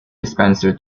dispenser